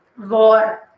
war